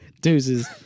Deuces